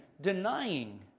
denying